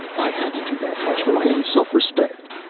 i had to do that much, for my own self-respect!